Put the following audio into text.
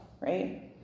right